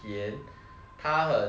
它很 err like